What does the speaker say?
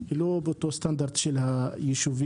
היא לא באותו הסטנדרט של היישובים